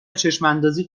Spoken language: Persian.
چشماندازی